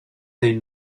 dei